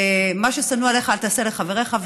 ומה ששנוא עליך אל תעשה לחברך,